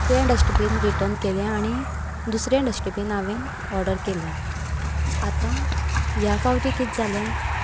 तें dustbin return केले आनी दुसरे डस्टबीन हांवेन ऑर्डर केलें आतां ह्या फावटी कितें जालें